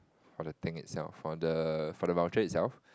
for the thing itself for the for the voucher itself